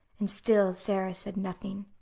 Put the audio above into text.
and still sara said nothing.